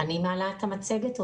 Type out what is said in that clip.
אני מעלה את המצגת?